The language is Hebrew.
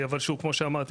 שוב כמו שאמרתי,